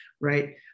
right